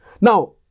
Now